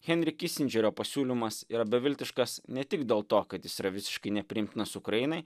henri kisindžerio pasiūlymas yra beviltiškas ne tik dėl to kad jis yra visiškai nepriimtinas ukrainai